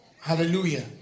Hallelujah